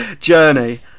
journey